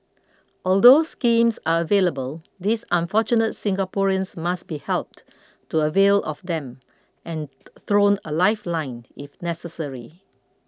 although schemes are available these unfortunate Singaporeans must be helped to avail of them and thrown a lifeline if necessary